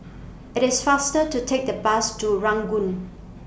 IT IS faster to Take The Bus to Ranggung